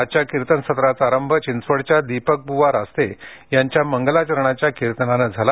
आजच्या कीर्तन सत्राराचा आरंभ चिंचवडच्या दीपक बुवा रास्ते यांच्या मंगलाचरणाच्या कीर्तनाने झाला